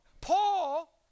Paul